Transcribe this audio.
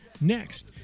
Next